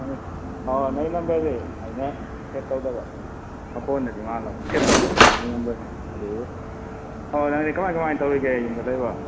ꯎꯝ ꯑꯣ ꯅꯪ ꯅꯝꯕꯔꯁꯦ ꯑꯩꯅ ꯁꯦꯚ ꯇꯧꯗꯕ ꯅꯈꯣꯟꯗꯗꯤ ꯃꯥꯜꯂꯕ ꯁꯦꯚ ꯇꯧꯕ ꯅꯝꯕꯔꯁꯤ ꯑꯗꯨꯒꯤ ꯑꯣ ꯅꯪꯗꯤ ꯀꯃꯥꯏ ꯀꯃꯥꯏꯅ ꯇꯧꯔꯤꯒꯦ ꯌꯨꯝꯗ ꯂꯩꯕ꯭ꯔꯣ